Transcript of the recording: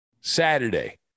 Saturday